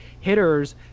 hitters